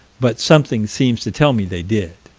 but something seems to tell me they did.